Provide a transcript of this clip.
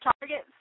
targets